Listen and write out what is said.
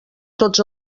tots